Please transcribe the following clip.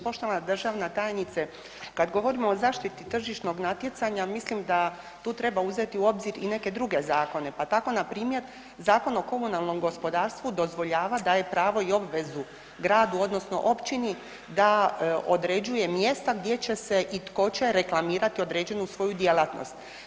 Poštovana državna tajnice, kad govorimo o zaštiti tržišnog natjecanja mislim da tu treba uzeti u obzir i neke druge zakone, pa tako npr. Zakon o komunalnom gospodarstvu dozvoljava daje pravo i obvezu gradu odnosno općini da određuje mjesta gdje će se i tko reklamirati određenu svoju djelatnost.